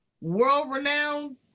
world-renowned